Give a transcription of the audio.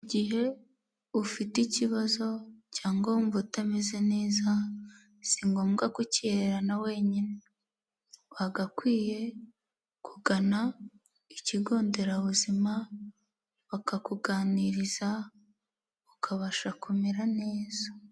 Mu gihe ufite ikibazo cyangwa wumva utameze neza, si ngombwa kukihererana wenyine; wagakwiye kugana ikigo nderabuzima, bakakuganiriza ukabasha kumera neza.